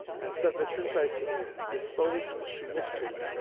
and said that, since i seemed disposed to mischief,